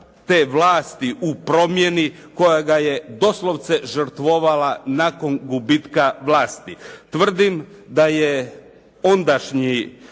te vlasti u promjeni koja ga je doslovce žrtvovala nakon gubitka vlasti. Tvrdim da je ondašnji,